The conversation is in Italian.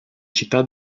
città